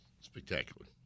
spectacular